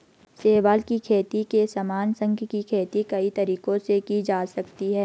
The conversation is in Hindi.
शैवाल की खेती के समान, शंख की खेती कई तरीकों से की जा सकती है